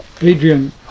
Adrian